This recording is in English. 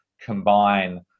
combine